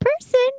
person